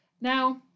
Now